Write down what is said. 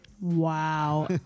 Wow